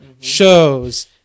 shows